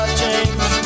change